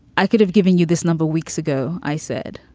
i could have given you this number weeks ago. i said,